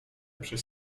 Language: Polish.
przez